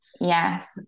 Yes